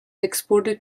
exported